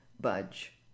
budge